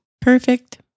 Perfect